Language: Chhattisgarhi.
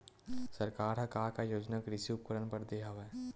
सरकार ह का का योजना कृषि उपकरण बर दे हवय?